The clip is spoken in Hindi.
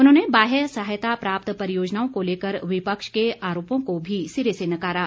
उन्होंने बाह्य सहायता प्राप्त परियोजनओं को लेकर विपक्ष के आरोपों को भी सिरे से नकारा